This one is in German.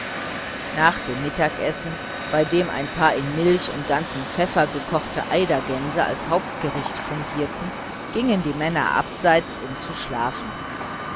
nach dem mittagessen bei dem ein paar in milch und ganzem pfeffer gekochte eidergänse als hauptgericht fungierten gingen die männer abseits um zu schlafen